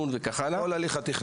השני.